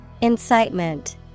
Incitement